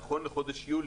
נכון לחודש יולי,